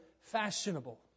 fashionable